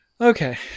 Okay